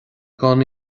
gan